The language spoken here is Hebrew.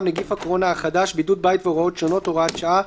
(נגיף הקורונה החדש) (בידוד בית והוראות שונות) (הוראת שעה),